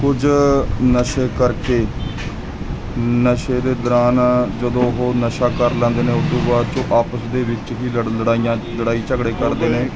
ਕੁਝ ਨਸ਼ੇ ਕਰਕੇ ਨਸ਼ੇ ਦੇ ਦੌਰਾਨ ਜਦੋਂ ਉਹ ਨਸ਼ਾ ਕਰ ਲੈਂਦੇ ਨੇ ਉਦੂੰ ਬਾਅਦ 'ਚੋਂ ਆਪਸ ਦੇ ਵਿੱਚ ਹੀ ਲੜ ਲੜਾਈਆਂ ਲੜਾਈ ਝਗੜੇ ਕਰਦੇ ਨੇ